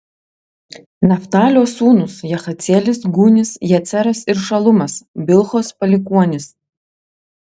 naftalio sūnūs jahacielis gūnis jeceras ir šalumas bilhos palikuonys